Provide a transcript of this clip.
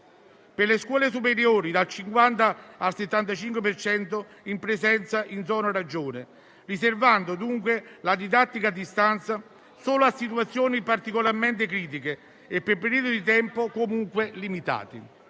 per le scuole superiori dal 50 per cento al 75 per cento in presenza in zona arancione, riservando dunque la didattica a distanza solo a situazioni particolarmente critiche e per periodi di tempo comunque limitati.